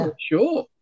sure